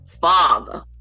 father